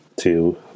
to-